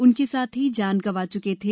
उनके साथी जान गंवा चुके थे